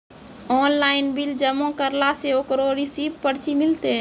Online bill जमा करला से ओकरौ रिसीव पर्ची मिलतै?